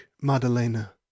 madalena